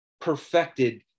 perfected